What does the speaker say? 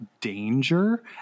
danger